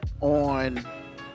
on